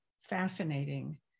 fascinating